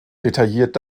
detailliert